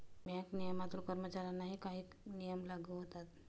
bank नियमनातील कर्मचाऱ्यांनाही काही नियम लागू होतात